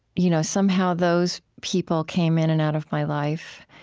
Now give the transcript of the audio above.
you know somehow those people came in and out of my life.